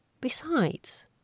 Besides